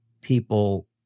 people